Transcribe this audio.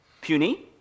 puny